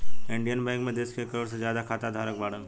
Indian bank मे देश के एक करोड़ से ज्यादा खाता धारक बाड़न